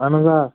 اَہَن حظ آ